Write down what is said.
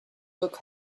look